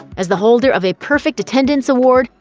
as the holder of a perfect attendance award,